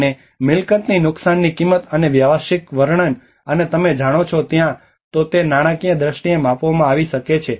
અને મિલકતને નુકસાનની કિંમત અને વ્યવસાયિક વર્ણન અને તમે જાણો છો ત્યાં તો તે નાણાકીય દ્રષ્ટિએ માપવામાં આવી શકે છે